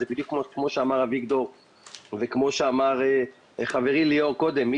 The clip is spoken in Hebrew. זה בדיוק כמו שאמר אביגדור וחברי ליאור קודם לכן.